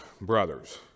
brothers